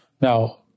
Now